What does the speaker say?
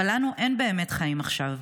אבל לנו אין באמת חיים עכשיו.